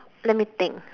let me think